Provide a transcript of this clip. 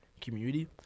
community